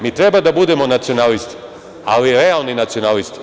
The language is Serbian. Mi treba da budemo nacionalisti, ali realni nacionalisti.